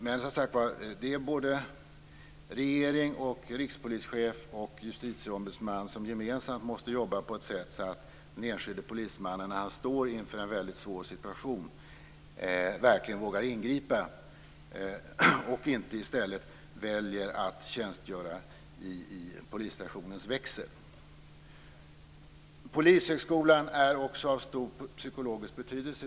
Men, som sagt var, regering, rikspolischef och justitieombudsman måste gemensamt jobba på sådant sätt att den enskilde polismannen, när han står inför en mycket svår situation, verkligen vågar ingripa och inte i stället väljer att tjänstgöra i polisstationens växel. Polishögskolan är också av stor psykologisk betydelse.